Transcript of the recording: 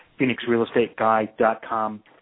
phoenixrealestateguy.com